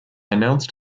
announced